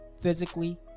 Physically